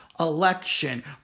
election